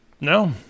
no